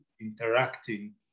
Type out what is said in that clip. interacting